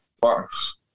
fox